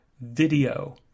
video